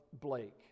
Blake